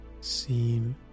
seem